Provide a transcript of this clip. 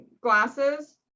glasses